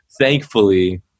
thankfully